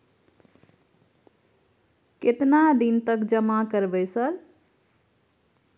केतना दिन तक जमा करबै सर?